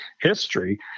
history